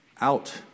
Out